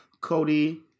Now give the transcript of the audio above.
Cody